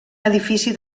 edifici